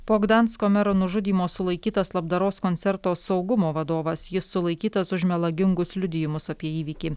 po gdansko mero nužudymo sulaikytas labdaros koncerto saugumo vadovas jis sulaikytas už melagingus liudijimus apie įvykį